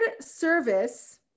service